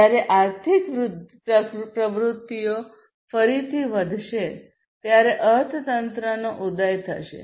જ્યારે આર્થિક પ્રવૃત્તિઓ ફરીથી વધશે ત્યારે અર્થતંત્રનો ઉદય થશે